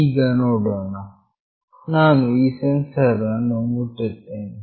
ಈಗ ನೋಡೋಣ ನಾನು ಈ ಸೆನ್ಸರ್ ಅನ್ನು ಮುಟ್ಟುತ್ತೇನೆ